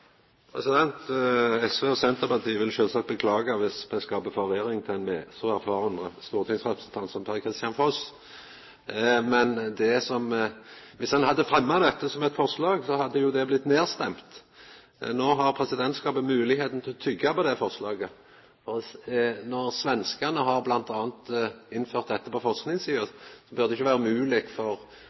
SV og Senterpartiet vil sjølvsagt beklaga viss me skapar forvirring hos ein så erfaren stortingsrepresentant som Per-Kristian Foss, men viss han hadde fremma dette som eit forslag, så hadde jo det blitt nedstemt. No har presidentskapet moglegheita til å tyggja på det forslaget. Når svenskane har innført dette m.a. på forskingssida, burde det ikkje vera mogleg for